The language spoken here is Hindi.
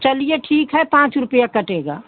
चलिए ठीक है पाँच रुपया कटेगा